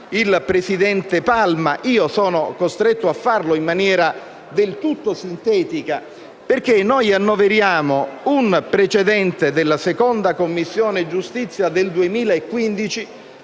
il presidente Palma e io sono costretto a farlo in maniera del tutto sintetica, perché noi annoveriamo un precedente della Commissione giustizia del 2015,